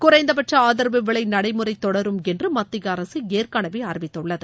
குறைந்தபட்ச ஆதரவு விலை நடைமுறை தொடரும் என்று மத்திய அரசு ஏற்கனவே அறிவித்துள்ளது